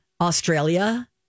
australia